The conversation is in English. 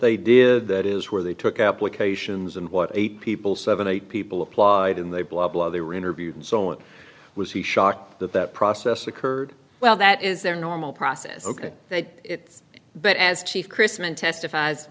they did that is where they took up locations and what eight people seven eight people applied and they blah blah they were interviewed and so on was he shocked that that process occurred well that is their normal process ok they do it but as chief chrisman testifies